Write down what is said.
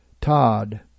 Todd